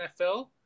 NFL